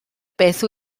beth